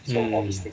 mm